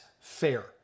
fair